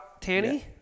Tanny